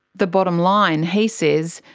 the bottom line, he says,